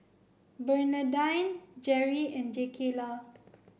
Bernadine Jeri and Jakayla